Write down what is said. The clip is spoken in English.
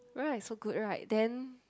right so good right then